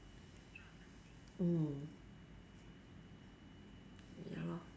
mm ya lor